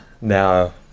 now